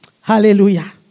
Hallelujah